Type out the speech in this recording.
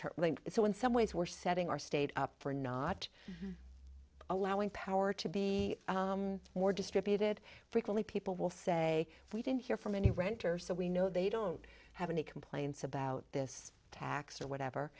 term so in some ways we're setting our state up for not allowing power to be more distributed frequently people will say we didn't hear from any renter so we know they don't have any complaints about this tax or whatever